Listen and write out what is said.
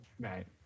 Right